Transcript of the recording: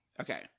Okay